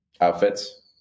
Outfits